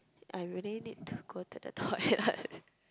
I really need to go to the toilet